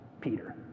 Peter